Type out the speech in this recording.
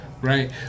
Right